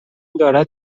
دارد